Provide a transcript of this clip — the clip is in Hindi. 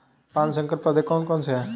पाँच संकर पौधे कौन से हैं?